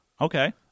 Okay